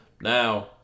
Now